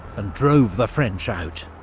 and drove the french out.